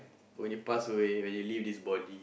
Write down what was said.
why you pass away when you leave this body